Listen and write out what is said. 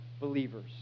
believers